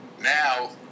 now